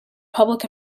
public